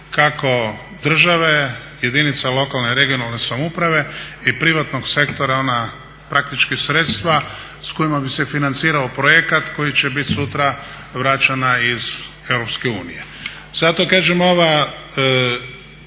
kako države, jedinica lokalne regionalne samouprave i privatnog sektora, ona praktički sredstva s kojima bi se financirao projekat koji će bit sutra vraćena iz Europske unije.